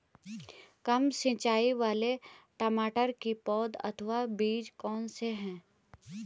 कम सिंचाई वाले टमाटर की पौध अथवा बीज कौन से हैं?